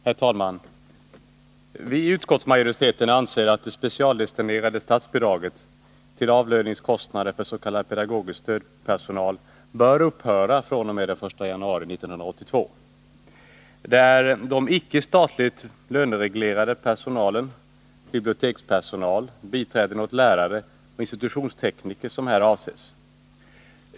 Herr talman! Vi i utskottsmajoriteten anser att det specialdestinerade statsbidraget till avlöningskostnader för s.k. pedagogisk stödpersonal bör upphöra fr.o.m. den 1 januari 1982. Det är icke statligt lönereglerad personal — bibliotekspersonal, biträden åt lärare och institutionstekniker — som här avses.